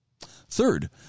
Third